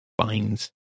finds